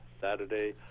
Saturday